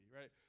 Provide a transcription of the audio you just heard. right